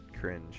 cringe